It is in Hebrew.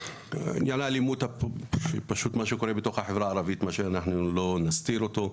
עניין האלימות שקורית היום בחברה הערבית הוא משהו שאנחנו לא נסתיר אותו.